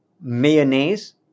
mayonnaise